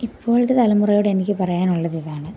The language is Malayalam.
ഇപ്പോഴത്തെ തലമുറയോട് എനിക്ക് പറയാനുള്ളത് ഇതാണ്